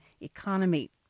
economy